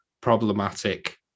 problematic